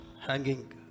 hanging